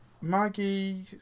Maggie